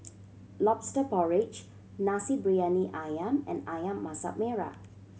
Lobster Porridge Nasi Briyani Ayam and Ayam Masak Merah